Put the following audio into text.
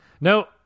No